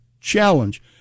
challenge